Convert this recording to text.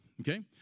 okay